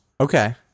Okay